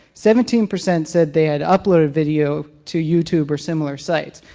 seventeen percent said, they had uploaded video to youtube or similar sites.